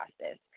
process